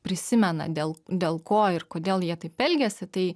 prisimena dėl dėl ko ir kodėl jie taip elgėsi tai